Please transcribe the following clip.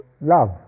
love